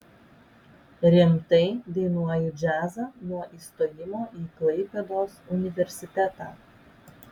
rimtai dainuoju džiazą nuo įstojimo į klaipėdos universitetą